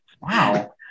wow